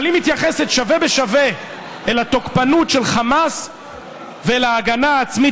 אבל היא מתייחסת שווה בשווה אל התוקפנות של חמאס ואל ההגנה העצמית